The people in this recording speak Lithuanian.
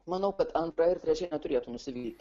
manau kad antra ir trečia neturėtų nusivilti